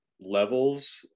levels